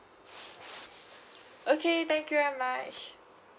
okay thank you very much